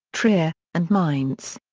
trier, and mainz.